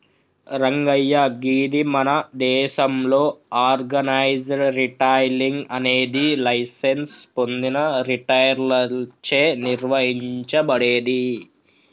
రంగయ్య గీది మన దేసంలో ఆర్గనైజ్డ్ రిటైలింగ్ అనేది లైసెన్స్ పొందిన రిటైలర్లచే నిర్వహించబడేది